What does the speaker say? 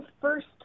first